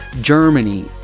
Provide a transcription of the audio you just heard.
Germany